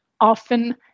often